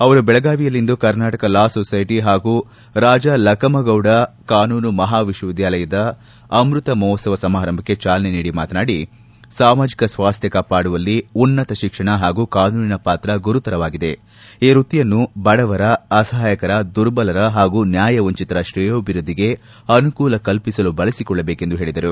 ಅವರು ಬೆಳಗಾವಿಯಲ್ಲಿಂದು Karnataka law society ಹಾಗೂ ರಾಜ ಲಕಮಗೌಡ ಕಾನೂನು ಮಹಾವಿದ್ಯಾಲಯದ ಅಮೃತಾ ಮಹೋತ್ತವ ಸಮಾರಂಭಕ್ಷೆ ಚಾಲನೆ ನೀಡಿ ಮಾತನಾಡಿ ಸಾಮಾಜಿಕ ಸ್ವಾಸ್ತ್ಯ ಕಾಪಾಡುವಲ್ಲಿ ಉನ್ನತ ಶಿಕ್ಷಣ ಹಾಗೂ ಕಾನೂನಿನ ಪಾತ್ರ ಗುರುತರವಾಗಿದೆ ಈ ವೃತ್ತಿಯನ್ನು ಬಡವರ ಅಸಹಾಯಕರ ದುರ್ಬಲರ ಹಾಗೂ ನ್ಯಾಯವಂಚಿತರ ತ್ರೇಯೋಭಿವೃದ್ದಿಗೆ ಅನುಕೂಲ ಕಲ್ಪಿಸಲು ಬಳಸಿಕೊಳ್ಳಬೇಕೆಂದು ಹೇಳಿದರು